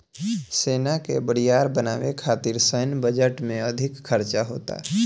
सेना के बरियार बनावे खातिर सैन्य बजट में अधिक खर्चा होता